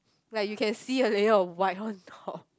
like you can see a layer of white on top